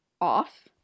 off